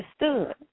understood